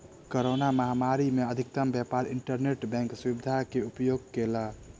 corona महामारी में अधिकतम व्यापार इंटरनेट बैंक सुविधा के उपयोग कयलक